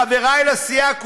חברי לסיעה,